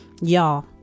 Y'all